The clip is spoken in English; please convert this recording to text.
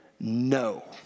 no